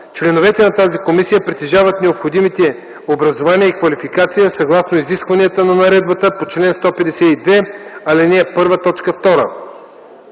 Членовете на тази комисия притежават необходимите образование и квалификация съгласно изискванията на наредбата по чл. 152, ал. 1, т. 2.